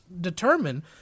determine